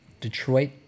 Detroit